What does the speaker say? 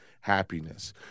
happiness